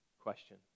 question